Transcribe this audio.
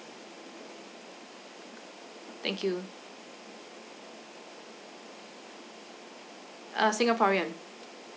thank you uh singaporean